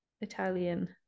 italian